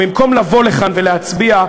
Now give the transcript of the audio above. במקום לבוא לכאן ולהצביע,